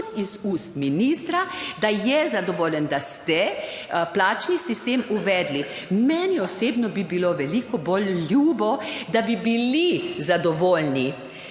iz ust ministra, da je zadovoljen, da ste plačni sistem uvedli. Meni osebno bi bilo veliko bolj ljubo, da bi bili zadovoljni.